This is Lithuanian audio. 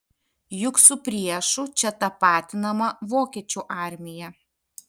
juk su priešu čia tapatinama vokiečių armija